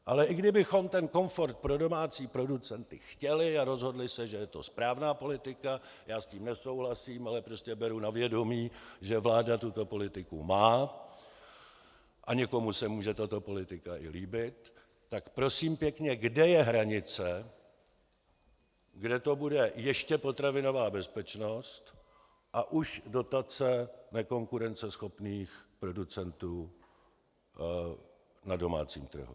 Ale i kdybychom ten komfort pro domácí producenty chtěli a rozhodli se, že je to správná politika já s tím nesouhlasím, ale prostě beru na vědomí, že vláda tuto politiku má a někomu se může tato politika i líbit , tak prosím pěkně, kde je hranice, kde to bude ještě potravinová bezpečnost a už dotace nekonkurenceschopných producentů na domácím trhu?